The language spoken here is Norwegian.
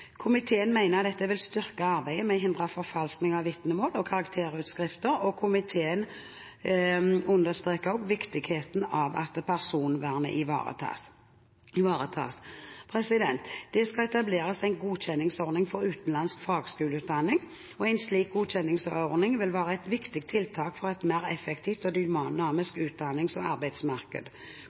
Komiteen mener dette vil styrke arbeidet med å hindre forfalskning av vitnemål og karakterutskrifter, og komiteen understreker også viktigheten av at personvernet ivaretas. Det skal etableres en godkjenningsordning for utenlandsk fagskoleutdanning. En slik godkjenningsordning vil være et viktig tiltak for et mer effektivt og dynamisk utdannings- og arbeidsmarked.